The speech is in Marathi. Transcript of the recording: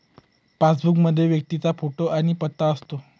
पासबुक मध्ये व्यक्तीचा फोटो आणि पत्ता असतो